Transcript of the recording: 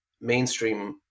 mainstream